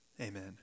Amen